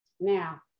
Now